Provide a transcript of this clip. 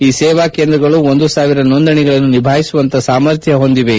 ಈ ಸೇವಾ ಕೇಂದ್ರಗಳು ಒಂದು ಸಾವಿರ ನೋಂದಣಿಗಳನ್ನು ನಿಭಾಯಿಸುವಂತಪ ಸಾಮರ್ಥ್ನ ಹೊಂದಿವೆ